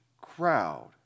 crowd